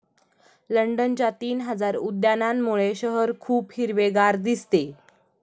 लंडनच्या तीन हजार उद्यानांमुळे शहर खूप हिरवेगार दिसते